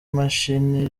mashini